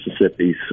Mississippi's